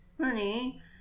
honey